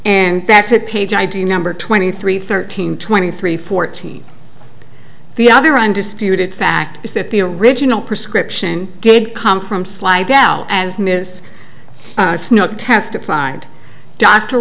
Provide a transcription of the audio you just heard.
and that's at page i do number twenty three thirteen twenty three fourteen the other undisputed fact is that the original prescription did come from slight doubt as ms snow testified dr